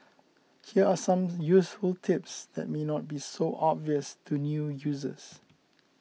here are some useful tips that may not be so obvious to new users